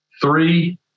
three